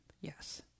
Yes